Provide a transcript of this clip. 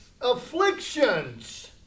afflictions